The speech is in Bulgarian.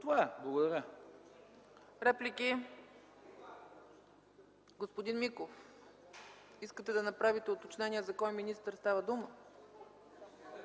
Това е. Благодаря. ПРЕДСЕДАТЕЛ ЦЕЦКА ЦАЧЕВА: Реплики? Господин Миков, искате да направите уточнение за кой министър става дума?